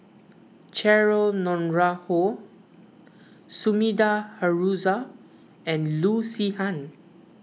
Cheryl Noronha Sumida Haruzo and Loo Zihan